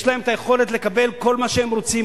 יש להם היכולת לקבל כל מה שהם רוצים.